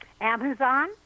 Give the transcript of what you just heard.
Amazon